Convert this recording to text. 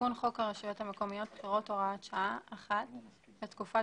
תיקון חוק הרשויות המקומיות (בחירות) הוראת שעה 1. בתקופת